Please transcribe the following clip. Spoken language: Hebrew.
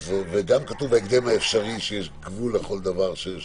וגם כתוב "בהקדם האפשרי" שיש גבול לכל דבר.